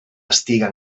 estiga